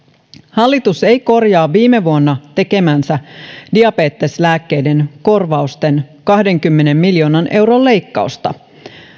hallitus ei korjaa viime vuonna tekemäänsä diabeteslääkkeiden korvausten kahdenkymmenen miljoonan euron leikkausta